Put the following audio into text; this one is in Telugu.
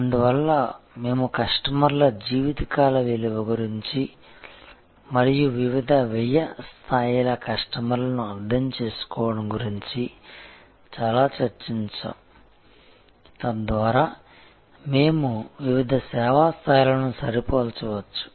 అందువల్ల మేము కస్టమర్ల జీవితకాల విలువ గురించి మరియు వివిధ వ్యయ స్థాయిల కస్టమర్లను అర్థం చేసుకోవడం గురించి చాలా చర్చించాము తద్వారా మేము వివిధ సేవా స్థాయిలను సరిపోల్చవచ్చు